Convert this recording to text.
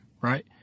right